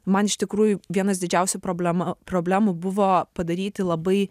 man iš tikrųjų vienas didžiausių problema problemų buvo padaryti labai